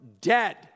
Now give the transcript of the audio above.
dead